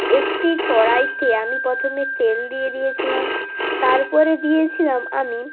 একটি কড়াইতে আমি প্রথমে তেল দিয়ে দিয়েছিলাম তারপরে দিয়েছিলাম আমি